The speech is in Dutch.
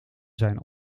zijn